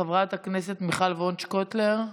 חברת הכנסת מיכל וונש קוטלר.